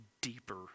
deeper